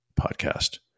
podcast